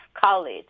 college